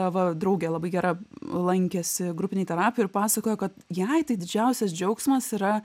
va draugė labai gera lankėsi grupinėj terapijoj ir pasakojo kad jai tai didžiausias džiaugsmas yra